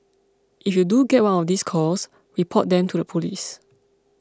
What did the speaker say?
if you do get one of these calls report them to the police